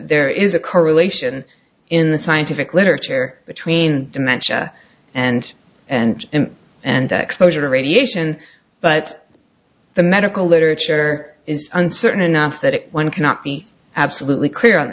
there is a correlation in the scientific literature between dementia and and and exposure to radiation but the medical literature is uncertain enough that one cannot be absolutely clear on